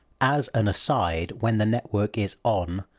as an aside, when the network is on,